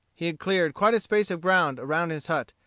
he had cleared quite a space of ground around his hut,